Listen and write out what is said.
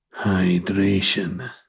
hydration